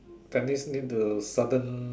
that means need to sudden